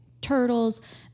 turtles